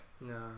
No